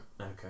Okay